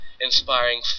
inspiring